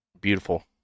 Beautiful